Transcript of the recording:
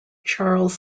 charles